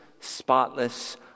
spotless